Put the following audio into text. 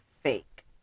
fake